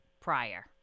prior